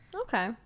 Okay